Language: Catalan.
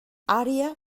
àrea